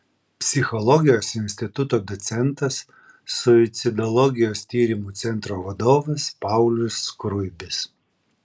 psichologijos instituto docentas suicidologijos tyrimų centro vadovas paulius skruibis